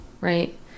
right